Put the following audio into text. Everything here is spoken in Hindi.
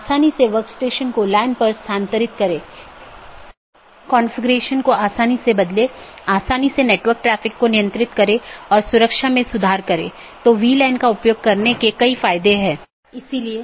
चौथा वैकल्पिक गैर संक्रमणीय विशेषता है